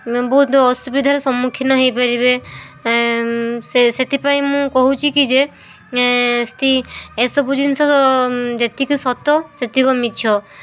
ବହୁତ ଅସୁବିଧାର ସମ୍ମୁଖୀନ ହେଇପାରିବେ ସେ ସେଥିପାଇଁ ମୁଁ କହୁଛି କି ଯେ ଏସବୁ ଜିନିଷ ଯେତିକି ସତ ସେତିକି ମିଛ